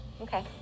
Okay